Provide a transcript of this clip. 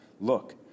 Look